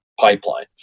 pipeline